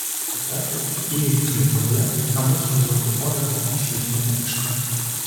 tuo tarpu į įvykius lietuvoje abu su juozu oleku įsijungėme iš karto